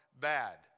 bad